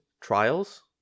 Trials